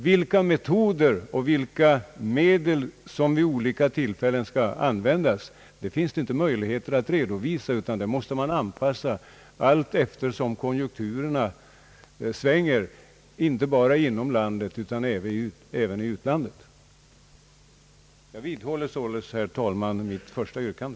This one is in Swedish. Vilka metoder och vilka medel som vid olika tillfällen skall användas, finns det inte möjligheter att redovisa utan dem måste man anpassa allt efter som konjunkturerna svänger, inte bara inom landet utan även i utlandet. Jag vidhåller således, herr talman, mitt yrkande.